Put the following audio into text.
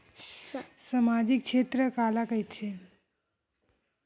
सामजिक क्षेत्र काला कइथे?